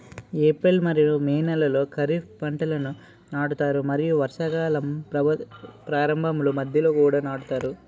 April మరియు May నెలలో ఖరీఫ్ పంటలను నాటుతారు మరియు వర్షాకాలం ప్రారంభంలో మధ్యలో కూడా నాటుతారు